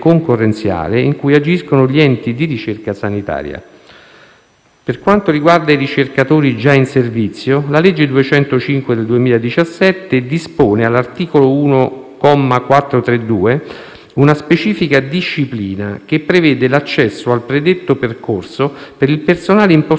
Per quanto riguarda i ricercatori già in servizio, la legge n. 205 del 2017 dispone all'articolo 1, comma 432, una specifica disciplina che prevede l'accesso al predetto percorso per il personale in possesso dei requisiti previsti dalla normativa e, quindi, in servizio